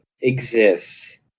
exists